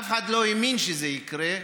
אף אחד לא האמין שזה יקרה.